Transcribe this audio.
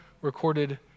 recorded